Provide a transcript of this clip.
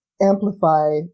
amplify